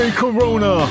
corona